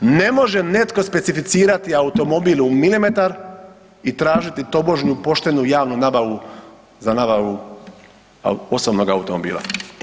Ne može netko specificirati automobile u milimetar i tražiti tobožnju poštenu javnu nabavu, za nabavu osobnog automobila.